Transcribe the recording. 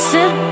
Sit